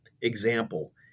example